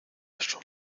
eso